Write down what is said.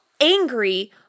angry